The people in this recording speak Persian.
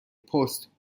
پست